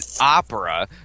opera